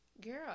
Girl